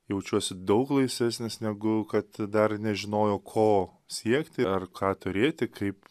jaučiuosi daug laisvesnis negu kad dar nežinojau ko siekti ar ką turėti kaip